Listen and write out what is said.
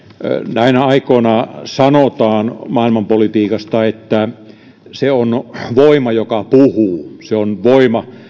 näinä aikoina sanotaan maailmanpolitiikasta että se on voima joka puhuu se on voima